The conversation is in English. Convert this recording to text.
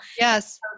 yes